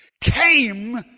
came